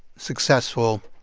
successful,